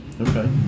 okay